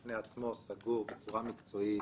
בפני עצמו, סגור, בצורה מקצועית.